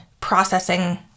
processing